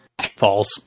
False